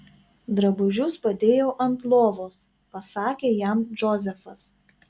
drabužius padėjau ant lovos pasakė jam džozefas